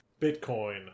Bitcoin